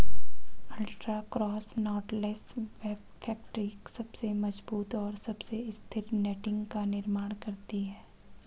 ultra cross knotless web factory सबसे मजबूत और सबसे स्थिर नेटिंग का निर्माण करती है